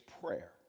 prayer